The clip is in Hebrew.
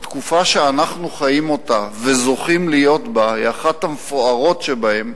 התקופה שאנחנו חיים אותה וזוכים להיות בה היא אחת המפוארת שבהן,